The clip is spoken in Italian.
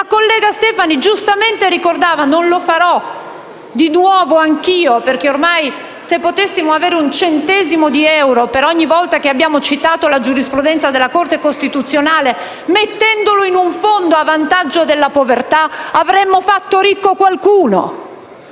la giurisprudenza costituzionale. Non lo farò di nuovo anch'io, perché ormai se potessimo avere un centesimo di euro per ogni volta che abbiamo citato la giurisprudenza della Corte costituzionale, e lo destinassimo a un fondo a vantaggio della povertà, potremmo fare ricco qualcuno.